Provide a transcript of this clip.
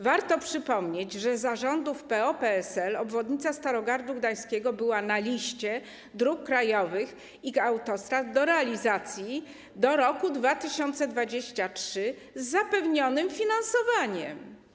Warto przypomnieć, że za rządów PO - PSL projekt dotyczący obwodnicy Starogardu Gdańskiego był na liście dróg krajowych i autostrad do realizacji do roku 2023 r., z zapewnionym finansowaniem.